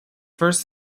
first